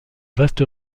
vaste